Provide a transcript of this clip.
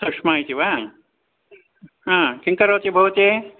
सुषमा इति वा हा किं करोति भवती